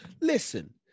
listen